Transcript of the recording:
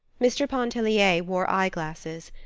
mr. pontellier wore eye-glasses.